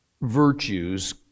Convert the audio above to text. virtues